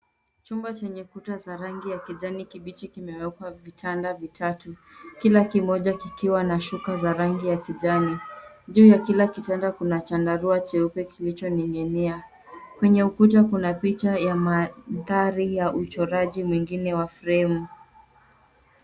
Chumba chenye kuta za rangi ya kijani kibichi kimewekwa vitanda vitatu, kila kimoja kikiwa na shuka za rangi ya kijani. Juu ya kila kitanda, kuna chandarua cheupe kilichoning'inia. Kwenye ukuta kuna picha ya mandhari ya uchoraji mwengine wa cs[frame]cs.